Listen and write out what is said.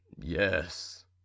Yes